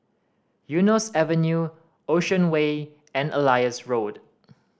Eunos Avenue Ocean Way and Elias Road